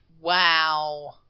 Wow